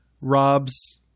robs